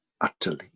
utterly